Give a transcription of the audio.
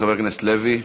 חבר הכנסת לוי?